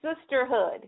sisterhood